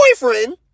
boyfriend